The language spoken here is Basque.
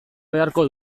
beharko